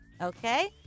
Okay